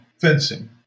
fencing